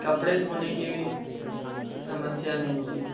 कपड़े धोने की भी समस्या नहीं थी